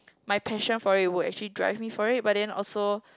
my passion for it would actually drive me for it but then also